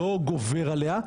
לא גובר עליה,